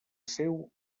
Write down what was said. seu